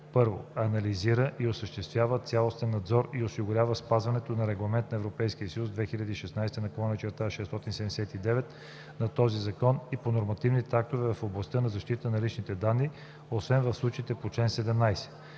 1. анализира и осъществява цялостен надзор и осигурява спазването на Регламент (ЕС) 2016/679, на този закон и на нормативните актове в областта на защитата на лични данни, освен в случаите по чл. 17;